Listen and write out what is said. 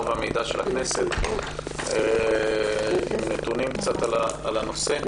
והמידע של הכנסת עם קצת נתונים על הנושא,